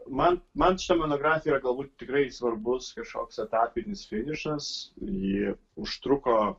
man man šita monografija galbūt tikrai svarbus kažkoks etapinis finišas ji užtruko